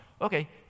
Okay